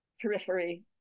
periphery